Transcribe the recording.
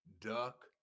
duck